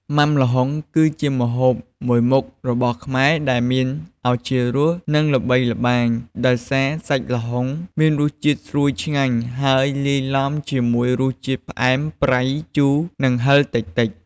មុាំល្ហុង គឺជាម្ហូបមួយមុខរបស់ខ្មែរដែលមានឱជារស និងល្បីល្បាញ ដោយសារសាច់ល្ហុងមានរសជាតិស្រួយឆ្ងាញ់ ហើយលាយលំជាមួយរសជាតិ ផ្អែម ប្រៃ ជូរ និងហឹរតិចៗ។